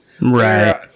Right